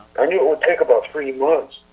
i knew it would take about three months.